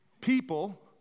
people